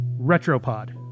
retropod